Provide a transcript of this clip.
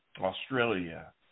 Australia